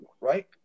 right